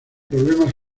problemas